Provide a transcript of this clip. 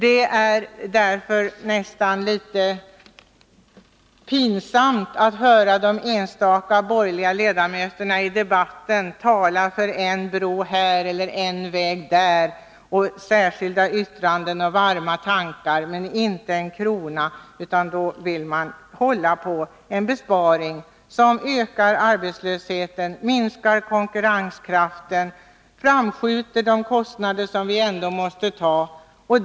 Det är därför nästan litet pinsamt att höra de enstaka borgerliga ledamöterna i debatten tala för en bro här eller en väg där, om särskilda yttranden och varma tankar. Men man vill inte ge en krona, utan då vill man hålla på en besparing, som ökar arbetslösheten, minskar konkurrenskraften, framskjuter de kostnader som vi ändå måste ta.